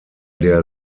der